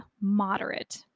moderate